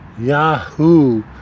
yahoo